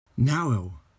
Now